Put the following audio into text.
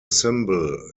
symbol